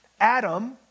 Adam